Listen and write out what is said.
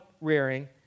rearing